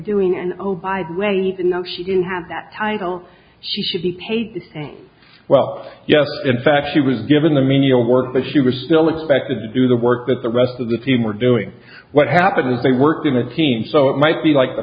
doing and oh by the way even though she didn't have that title she should be paid to say well yes in fact she was given the menial work but she was still expected to do the work that the rest of the team were doing what happened was they worked in a team so it might be like the